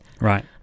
Right